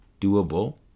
doable